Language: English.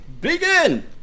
Begin